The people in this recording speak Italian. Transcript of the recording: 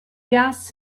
gas